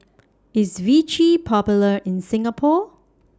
IS Vichy Popular in Singapore